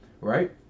Right